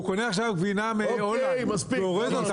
קונה עכשיו גבינה מהולנד והוא אורז אותה,